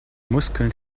muskeln